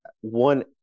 one